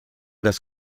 des